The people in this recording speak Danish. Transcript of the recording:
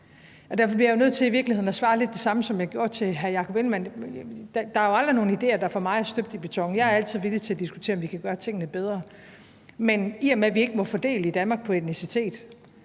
i virkeligheden nødt til at svare lidt det samme, som jeg gjorde til hr. Jakob Ellemann-Jensen: Der er jo aldrig nogen idéer, der for mig er støbt i beton. Jeg er altid villig til at diskutere, om vi kan gøre tingene bedre. I Danmark må vi ikke fordele ud fra etnicitet,